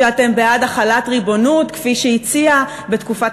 שאתם בעד החלת ריבונות כפי שהציע בתקופת